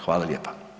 Hvala lijepa.